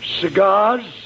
Cigars